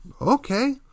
Okay